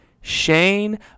Shane